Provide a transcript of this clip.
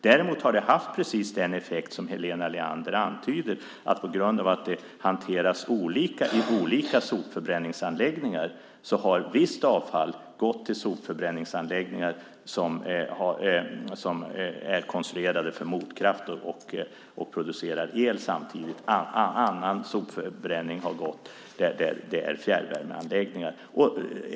Däremot har det haft precis den effekt som Helena Leander antyder, nämligen att på grund av att det hanteras olika i olika sopförbränningsanläggningar har visst avfall gått till sopförbränningsanläggningar som är konstruerade för motkraft och producerar el samtidigt medan annat avfall har gått till fjärrvärmeanläggningar.